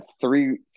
three